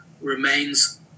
remains